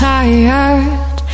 tired